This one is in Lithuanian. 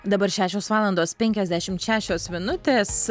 dabar šešios valandos penkiasdešimt šešios minutės